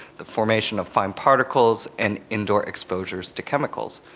the formation of fine particles and indoor exposures to chemicals.